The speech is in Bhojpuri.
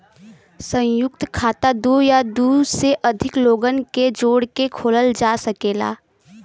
संयुक्त खाता दू या दू से अधिक लोगन के जोड़ के खोलल जा सकेला